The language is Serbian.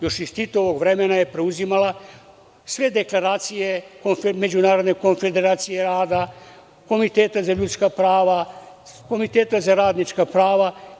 Još iz Titovog vremena je preuzimala sve deklaracije, međunarodne konfederacije rada, Komiteta za ljudska prava, Komiteta za radnička prava UN.